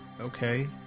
okay